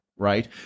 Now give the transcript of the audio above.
right